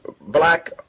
black